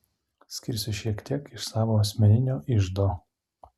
skirsiu šiek tiek iš savo asmeninio iždo